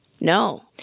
no